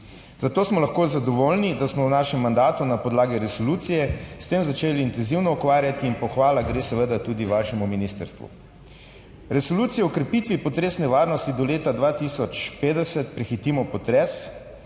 Zato smo lahko zadovoljni, da smo se v našem mandatu na podlagi resolucije s tem začeli intenzivno ukvarjati. Pohvala gre seveda tudi vašemu ministrstvu. Resolucija o krepitvi potresne varnosti do leta 2050 »PREHITIMO